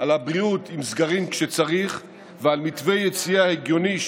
על הבריאות עם סגרים כשצריך ועל מתווה יציאה הגיוני,